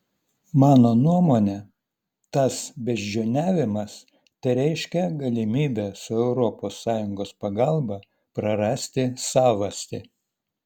mano nuomone tas beždžioniavimas tereiškia galimybę su europos sąjungos pagalba prarasti savastį